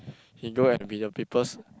he go and be the peoples'